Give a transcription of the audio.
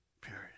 period